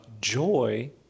joy